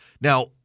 Now